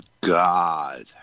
God